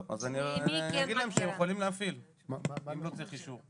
אז אני אגיד להם שהם יכולים להפעיל אם לא צריך אישור.